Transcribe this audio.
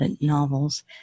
novels